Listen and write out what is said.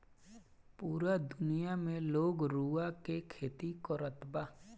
पूरा दुनिया में लोग रुआ के खेती करत बा